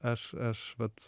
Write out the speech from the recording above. aš aš vat